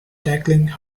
tackling